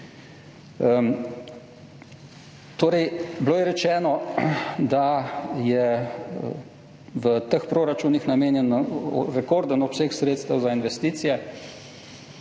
Rečeno je bilo, da je v teh proračunih namenjen rekorden obseg sredstev za investicije.